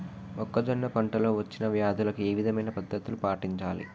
మొక్కజొన్న పంట లో వచ్చిన వ్యాధులకి ఏ విధమైన పద్ధతులు పాటించాలి?